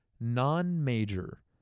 non-major